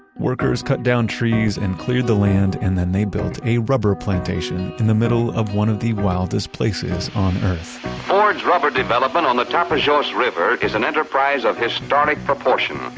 workers cut down trees and cleared the land, and then they built a rubber plantation in the middle of one of the wildest places on earth ford's rubber development on the tapajos river is an enterprise of histrionic proportions.